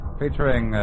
featuring